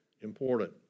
important